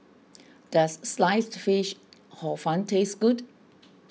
does Sliced Fish Hor Fun taste good